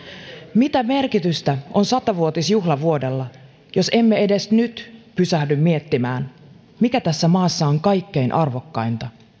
mitä merkitystä on sata vuotisjuhlavuodella jos emme edes nyt pysähdy miettimään mikä tässä maassa on kaikkein arvokkainta